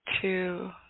two